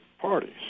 parties